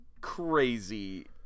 crazy